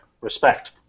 Respect